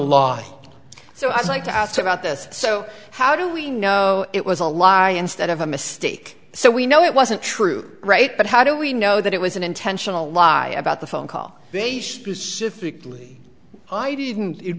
law so i'd like to ask about this so how do we know it was a lie instead of a mistake so we know it wasn't true right but how do we know that it was an intentional lie about the phone call they specifically i didn't it